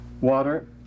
water